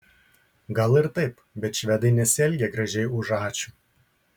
gal ir taip bet švedai nesielgia gražiai už ačiū